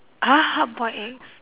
!huh! half boiled eggs